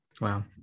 Wow